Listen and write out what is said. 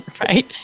Right